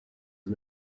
and